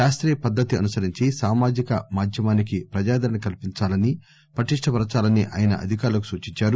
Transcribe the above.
శాస్త్రియ పద్దతి అనుసరించి సామాజిక మాధ్యమానికి ప్రజాదరణ కల్పించాలని పటిష్టపరచాలని ఆయన అధికారులకు సూచించారు